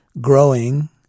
growing